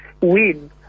win